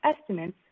estimates